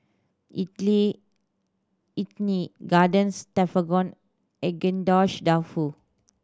Idili Idili Garden Stroganoff Agedashi Dofu